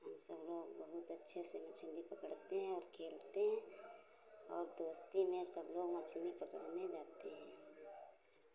हम सब लोग बहुत अच्छे से मछली पकड़ते हैं और खेलते हैं और दोस्ती में सब लोग मछली पकड़ने जाते हैं